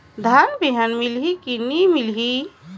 धान बिहान मिलही की नी मिलही?